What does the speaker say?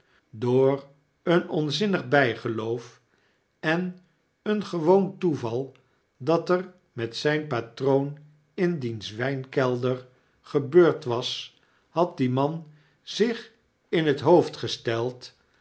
door een onzinnig bggeloof en een gewoon toeval dat er met zjjn patroon in diens wijnkelder gebeurd was had die man zich in het hoofd gesteld